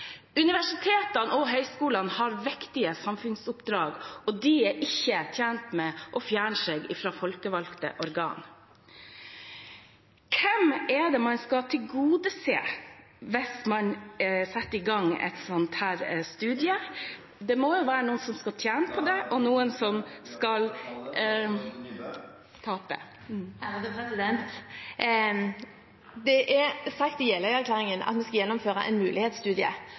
Universitetene og høyskolene har viktige samfunnsoppdrag, og de er ikke tjent med å fjerne seg fra folkevalgte organer. Hvem er det man skal tilgodese hvis man setter i gang en sånn studie? Det må jo være noen som skal tjene på det, og noen som vil tape. Det er sagt i Jeløya-erklæringen at vi skal gjennomføre en mulighetsstudie.